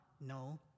no